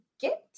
get